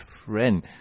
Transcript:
friend